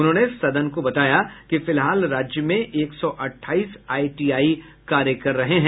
उन्होंने सदन को बताया कि फिलहाल राज्य में एक सौ अठाईस आईटीआई कार्य कर रहे हैं